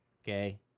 Okay